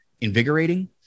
invigorating